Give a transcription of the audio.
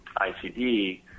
ICD